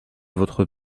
votre